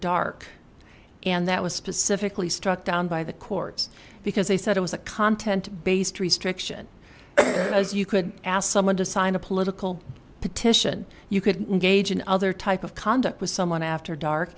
dark and that was specifically struck down by the courts because they said it was a content based restriction you could ask someone to sign a political petition you could engage in other type of conduct with someone after dark